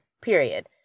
period